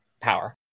power